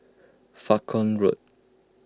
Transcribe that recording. Falkland Road